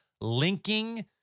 linking